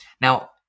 Now